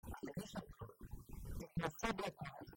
תרגיש הכל, תתנסה בהכל, לא...